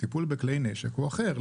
הטיפול בכלי נשק הוא אחר,